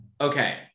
okay